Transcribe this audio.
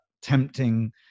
tempting